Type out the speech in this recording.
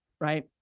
right